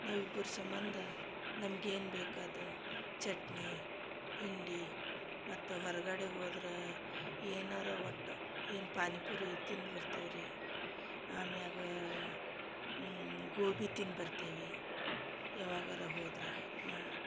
ನಾವಿಬ್ರ ಸಮ್ಮಂದ ನಮ್ಗ ಏನು ಬೇಕು ಅದು ಚಟ್ನಿ ಹಿಂಡಿ ಮತ್ತು ಹೊರಗಡೆ ಹೋದ್ರಾ ಏನಾರ ಒಟ್ಟ ಏನು ಪಾನಿಪುರಿ ತಿಂದ ಬರ್ತೇವೆ ರೀ ಆಮ್ಯಾಗ ಗೋಬಿ ತಿನ್ನ ಬರ್ತೇವಿ ಯಾವಾಗರ ಹೋದ್ರ ಮಾ